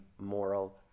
moral